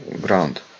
ground